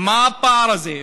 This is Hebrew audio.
מה הפער הזה?